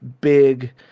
big